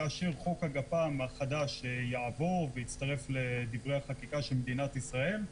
כאשר חוק הגפ"מ החדש יעבור והצטרף לדברי החקיקה של מדינת ישראל,